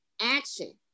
action